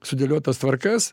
sudėliotas tvarkas